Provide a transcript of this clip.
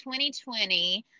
2020